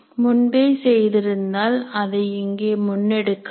முன்பே செய்திருந்தால் அதை இங்கே முன்னெடுக்கலாம்